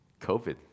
COVID